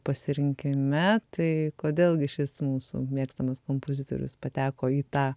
pasirinkime tai kodėl gi šis mūsų mėgstamas kompozitorius pateko į tą